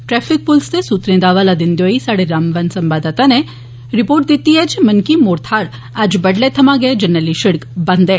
traffic पुलस दे सुत्तरें दा हवाला दिंदे होई स्हाड़े रामबन संवाददाता नै रिपोर्ट दित्ती ऐ जे मन्की मोड थाहर अज्ज बड्डलै थमां गै जरनैली सिड़क बंद ऐ